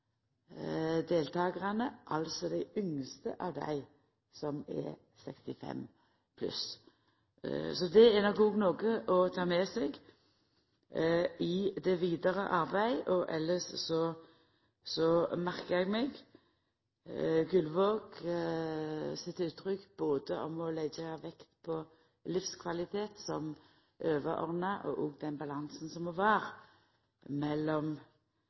deltakarane, altså dei yngste av dei som er 65+. Det er nok òg noko å ta med seg i det vidare arbeidet. Elles merkar eg meg det Gullvåg sa om å leggja vekt på livskvalitet som det overordna, og balansen mellom det å vera romsleg og